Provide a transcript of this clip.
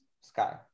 sky